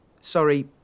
Sorry